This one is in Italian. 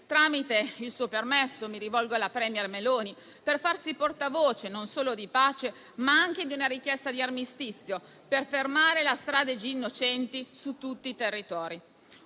tramite il suo permesso, mi rivolgo alla *premier* Meloni affinché si faccia portavoce non solo di pace, ma anche di una richiesta di armistizio per fermare la strage di innocenti su tutti i territori.